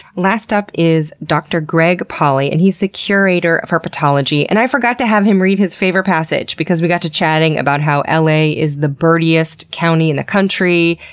last up is dr. greg pauly. and he's the curator of herpetology and i forgot to have him read his favorite passage because we got to chatting about how ah la is the birdiest county in the country.